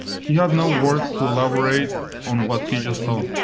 he had no words to elaborate on what he just saw,